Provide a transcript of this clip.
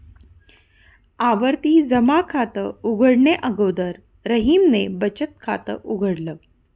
आवर्ती जमा खात उघडणे अगोदर रहीमने बचत खात उघडल